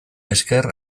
esker